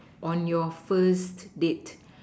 on your first date